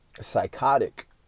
psychotic